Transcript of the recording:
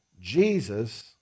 Jesus